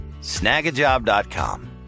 snagajob.com